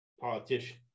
politician